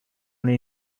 only